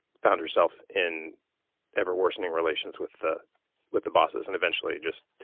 found herself in ever worsening relations with the with the bosses and eventually just